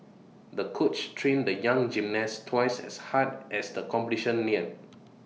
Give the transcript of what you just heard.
the coach trained the young gymnast twice as hard as the competition neared